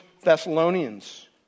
Thessalonians